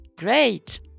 Great